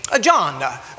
John